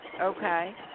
Okay